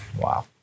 Wow